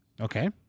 Okay